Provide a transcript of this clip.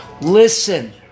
listen